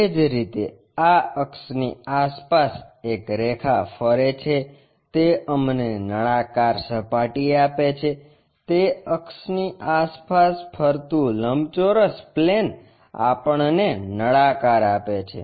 એ જ રીતે આ અક્ષની આસપાસ એક રેખા ફરે છે તે અમને નળાકાર સપાટી આપે છે તે અક્ષની આસપાસ ફરતું લંબચોરસ પ્લેન આપણને નળાકાર આપે છે